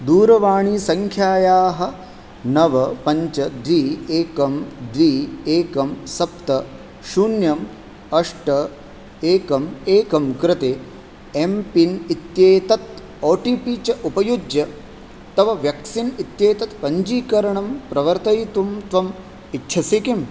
दूरवाणीसङ्ख्यायाः नव पञ्च द्वि एकं द्वि एकं सप्त शून्यम् अष्ट एकम् एकं कृते एम्पिन् इत्येतत् ओटिपि च उपयुज्य तव व्यक्सीन् इत्येतत् पञ्जीकरणं प्रवर्तयितुं त्वम् इच्छसि किम्